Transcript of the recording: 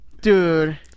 Dude